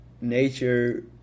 Nature